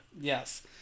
yes